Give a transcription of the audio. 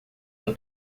ano